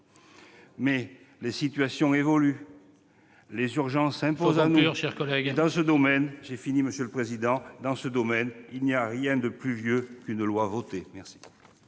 mais les situations évoluent et les urgences s'imposent à nous. Dans ce domaine, il n'y a rien de plus vieux qu'une loi votée.